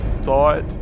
thought